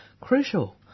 crucial